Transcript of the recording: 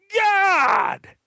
God